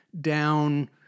down